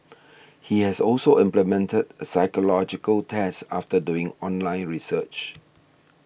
he has also implemented a psychological test after doing online research